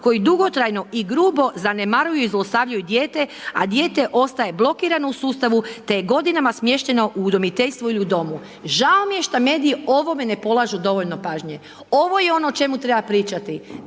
koji dugotrajno i grubo zanemaruju i zlostavljaju dijete, a dijete ostaje blokirano u sustavu, te je godinama smješteno u udomiteljstvo ili u domu. Žao mi je što mediji ovome ne polažu dovoljno pažnje. Ovo je ono o čemu treba pričati.